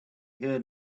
heard